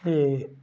ये